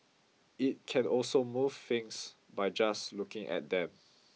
it can also move things by just looking at them